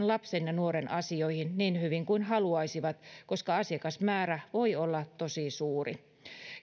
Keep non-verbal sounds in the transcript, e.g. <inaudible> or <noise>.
<unintelligible> lapsen tai nuoren asioihin niin hyvin kuin haluaisivat koska asiakasmäärä voi olla tosi suuri